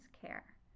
care